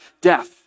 death